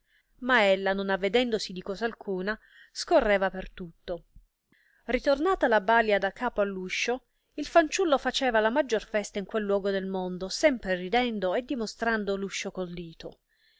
ma ella non avedendosi di cosa alcuna scorreva per tutto ritornata la balia da capo all uscio il fanciullo faceva la maggior festa in quel luogo del mondo sempre ridendo e dimostrando uscio col dito